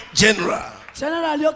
general